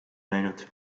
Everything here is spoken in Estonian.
näinud